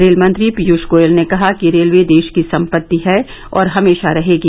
rail मंत्री पीयूष गोयल ने कहा कि रेलवे देश की सम्पत्ति है और हमेशा रहेगी